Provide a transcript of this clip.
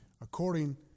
according